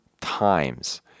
times